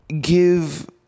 give